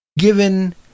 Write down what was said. Given